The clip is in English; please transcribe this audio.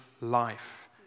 life